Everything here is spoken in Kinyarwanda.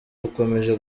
bukomeje